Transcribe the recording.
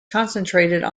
concentrated